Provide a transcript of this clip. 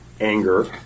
anger